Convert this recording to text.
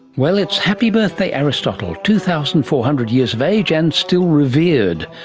well, it's happy birthday aristotle, two thousand four hundred years of age and still revered,